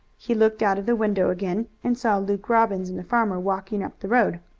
he looked out of the window again and saw luke robbins and the farmer walking up the road.